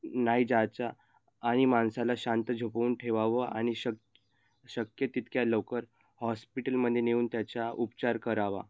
नाही जायचं आनि माणसाला शांत झोपवून ठेवावं आणि शक्य शक्य तितक्या लवकर हॉस्पिटलमध्ये नेऊन त्याचा उपचार करावा